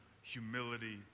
humility